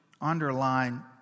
underline